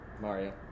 Mario